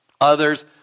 Others